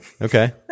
Okay